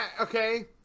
Okay